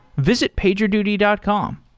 visit pagerduty dot com.